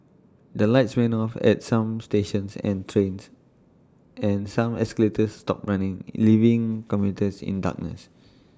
the lights went off at some stations and trains and some escalators stopped running leaving commuters in darkness